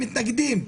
מתנגדים.